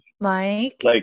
Mike